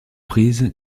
prise